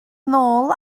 nôl